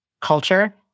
culture